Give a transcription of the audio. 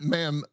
Ma'am